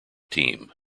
team